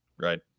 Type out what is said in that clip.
Right